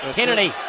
Kennedy